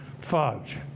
fudge